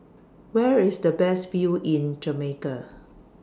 Where IS The Best View in Jamaica